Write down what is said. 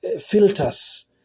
filters